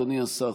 אדוני השר,